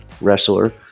wrestler